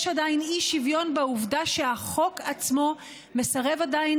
יש עדיין אי-שוויון בעובדה שהחוק עצמו מסרב עדיין